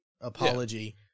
apology